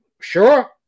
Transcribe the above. sure